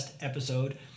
episode